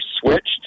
switched